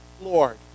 Lord